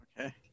Okay